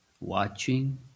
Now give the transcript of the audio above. watching